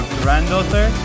granddaughter